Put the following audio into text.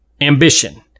ambition